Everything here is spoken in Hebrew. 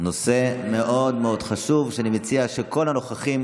נושא מאוד חשוב, ואני מציע שכל הנוכחים